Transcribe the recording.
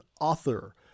author